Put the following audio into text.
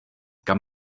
kam